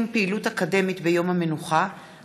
עיגון עקרונות הדין הבין-לאומי בנושא גזל קרקעות בשטחים הכבושים,